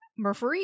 Murphy